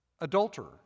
adulterer